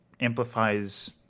amplifies